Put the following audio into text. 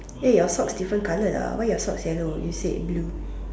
eh your sock different colour lah why your socks yellow you said blue